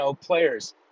players